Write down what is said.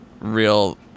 real